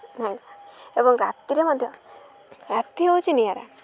ନାଇଁ ଏବଂ ରାତିରେ ମଧ୍ୟ ରାତି ହେଉଛି ନିଆରା